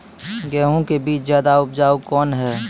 गेहूँ के बीज ज्यादा उपजाऊ कौन है?